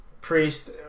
priest